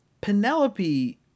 Penelope